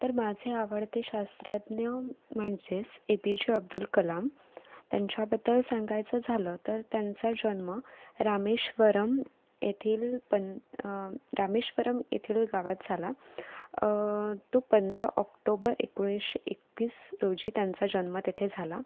तर माझे आवडते शास्त्रज्ञ म्हणजेच A P J Abdul Kalam त्यांच्याबद्दल सांगायचं झालं तर त्यांचा जन्म रामेश्वरम येथील पं रामेश्वरम येथील गावात झाला तो पंधरा ऑक्टोबर एकोणीसशे एकतीस रोजी त्यांचा जन्म तेथे झाला